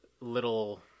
little